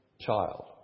child